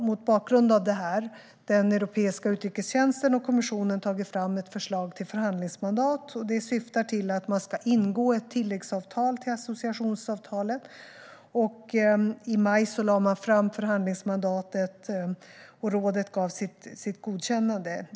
Mot bakgrund av detta har den europeiska utrikestjänsten och kommissionen tagit fram ett förslag till förhandlingsmandat. Det syftar till att man ska ingå ett tilläggsavtal till associationsavtalet. I maj lade man fram förhandlingsmandatet, och rådet gav sitt godkännande.